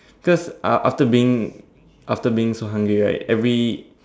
cause uh after being after being so hungry right every